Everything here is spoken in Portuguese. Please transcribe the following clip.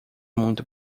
muito